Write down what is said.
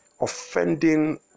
Offending